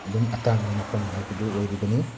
ꯑꯗꯨꯝ ꯑꯇꯥꯡꯕ ꯃꯐꯝ ꯍꯥꯏꯕꯗꯨ ꯑꯣꯏꯔꯤꯕꯅꯤ